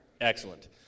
Excellent